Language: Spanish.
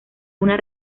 una